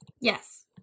yes